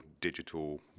digital